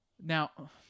Now